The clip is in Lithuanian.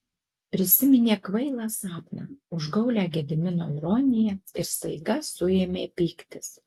prisiminė kvailą sapną užgaulią gedimino ironiją ir staiga suėmė pyktis